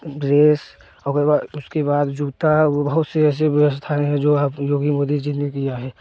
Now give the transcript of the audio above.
dress ओकरा बाद उसके बाद जूता वह बहुत से ऐसे व्यवस्थाएँ हैं जो आप योगी मोदी जी ने दिया है